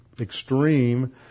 extreme